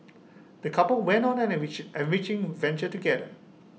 the couple went on an enrich enriching adventure together